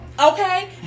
okay